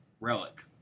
relic